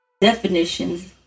definitions